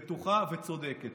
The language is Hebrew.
בטוחה וצודקת.